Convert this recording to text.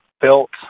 built